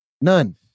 None